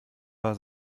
war